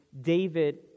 David